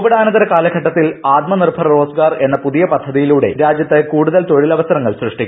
കോവിഡാനന്തര കാലഘട്ടത്തിൽ ആത്മ നിർഭർ റോസ്ഗാർ എന്ന പുതിയ പദ്ധതിയിലൂടെ രാജ്യത്ത് കൂടുതൽ തൊഴിലവസരങ്ങൾ സൃഷ്ടിക്കും